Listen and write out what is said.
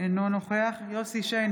אינו נוכח יוסף שיין,